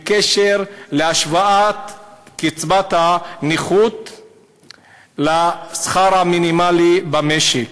בעניין של השוואת קצבת הנכות לשכר המינימלי במשק.